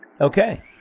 Okay